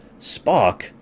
Spock